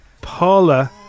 Paula